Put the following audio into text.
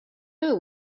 know